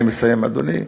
אני מסיים, אדוני.